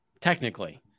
Technically